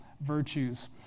virtues